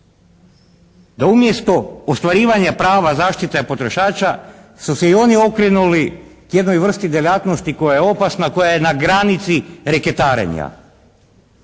da umjesto ostvarivanja prava zaštite potrošača su se i oni okrenuli jednoj vrsti djelatnosti koja je opasna, koja je na granici reketarenja.